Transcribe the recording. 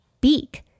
Beak